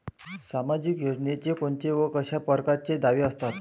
सामाजिक योजनेचे कोंते व कशा परकारचे दावे असतात?